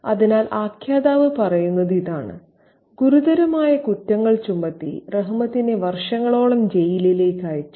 അതിനാൽ ആഖ്യാതാവ് പറയുന്നത് ഇതാണ് ഗുരുതരമായ കുറ്റങ്ങൾ ചുമത്തി റഹ്മത്തിനെ വർഷങ്ങളോളം ജയിലിലേക്ക് അയച്ചു